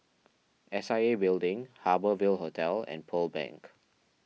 S I A Building Harbour Ville Hotel and Pearl Bank